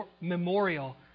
memorial